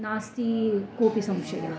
नास्ति कोऽपि संशयः